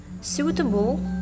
suitable